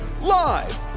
live